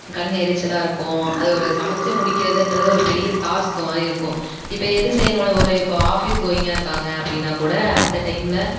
கண் எரிச்சலாக இருக்கும் அது ஒரு சமைச்சி முடிக்கிறதுகிறது ஒரு பெரிய டாஸ்க்கு மாதிரி இருக்கும் இப்போ எது செய்யனாலும் ஒரு இப்போ ஆஃபீஸ் கோயிங்காக இருக்காங்க அப்படின்னா கூட அந்த டைமில்